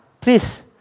Please